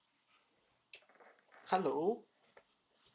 hello